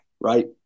Right